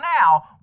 now